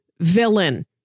villain